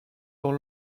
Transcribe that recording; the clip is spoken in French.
dans